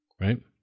Right